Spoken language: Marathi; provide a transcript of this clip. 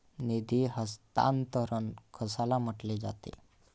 निधी हस्तांतरण कशाला म्हटले जाते?